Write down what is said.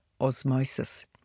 osmosis